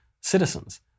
citizens